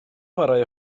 chwarae